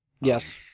Yes